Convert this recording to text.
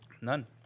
None